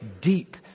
deep